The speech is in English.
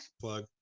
plug